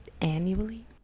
annually